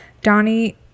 Donnie